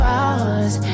hours